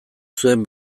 zuen